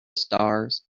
stars